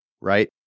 right